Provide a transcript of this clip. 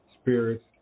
spirits